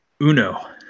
Uno